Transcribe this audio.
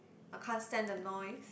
I can't stand the noise